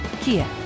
Kia